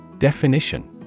Definition